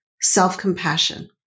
self-compassion